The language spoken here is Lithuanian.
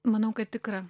manau kad tikra